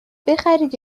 بخرید